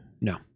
No